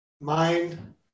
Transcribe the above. mind